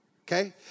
Okay